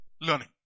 Learning